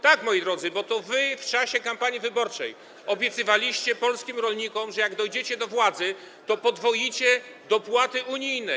Tak, moi drodzy, bo to wy w czasie kampanii wyborczej obiecywaliście polskim rolnikom, że jak dojdziecie do władzy, to podwoicie dopłaty unijne.